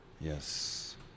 yes